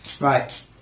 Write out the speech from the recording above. Right